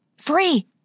Free